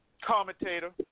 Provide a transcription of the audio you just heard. commentator